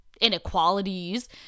inequalities